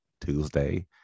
Tuesday